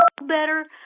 better